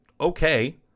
okay